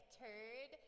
turd